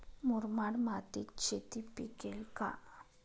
मुरमाड मातीत शेती पिकेल का?